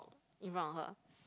in front of her